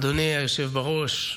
אדוני היושב בראש,